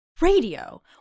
radio